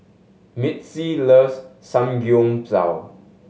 Mitzi loves Samgyeopsal